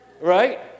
right